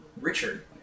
Richard